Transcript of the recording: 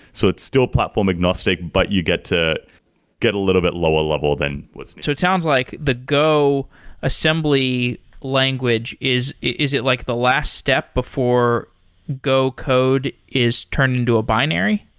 so it's still platform-agnostic, but you get to get a little bit lower level than what's so it sounds like the go assembly language, is is it like the last step before go code is turned into a binary?